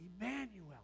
Emmanuel